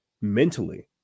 mentally